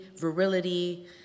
virility